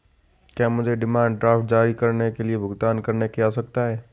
क्या मुझे demand draft जारी करने के लिए भुगतान करने की आवश्यकता है?